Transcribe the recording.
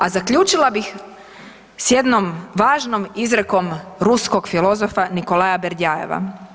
A zaključila bih s jednom važnom izrekom ruskog filozofa Nikolaja Berdjajeva.